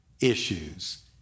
Issues